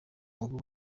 ubu